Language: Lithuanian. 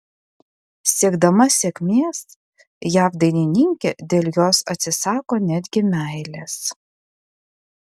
siekdama sėkmės jav dainininkė dėl jos atsisako netgi meilės